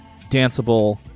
danceable